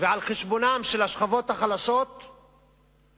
ועל חשבונן של השכבות החלשות ועל